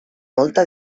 molta